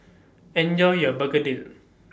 Enjoy your Begedil